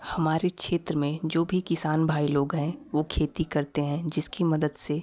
हमारे क्षेत्र में जो भी किसान भाई लोग हैं वो खेती करते हैं जिसकी मदद से